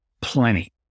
plenty